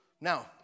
Now